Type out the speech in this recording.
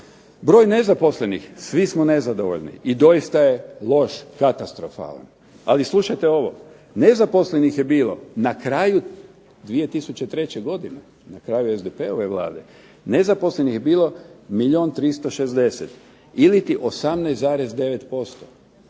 Broj nezaposlenih, svi smo nezadovoljni, i doista je loš, katastrofalan. Ali slušajte ovo. Nezaposlenih je bilo na kraju 2003. godine, na kraju SDP-ove Vlade nezaposlenih je bilo milijun 360, iliti 18,9%.